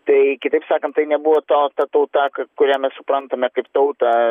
tai kitaip sakant tai nebuvo to ta tauta ka kurią mes suprantame kaip tautą